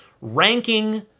ranking